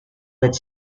with